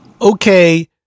okay